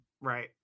right